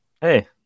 hey